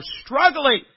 struggling